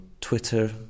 Twitter